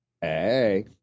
Hey